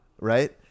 right